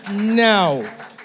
now